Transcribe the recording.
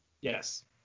Yes